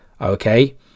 okay